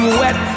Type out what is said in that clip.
wet